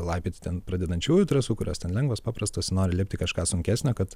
laipioti ten pradedančiųjų trasų kurios ten lengvos paprastos nori lipti kažką sunkesnio kad